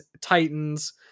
Titans